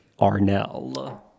Arnell